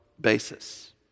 basis